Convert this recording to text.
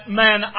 man